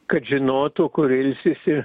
kad žinotų kur ilsisi